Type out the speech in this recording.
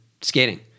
skating